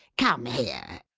come here.